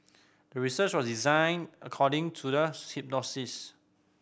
the research was designed according to the hypothesis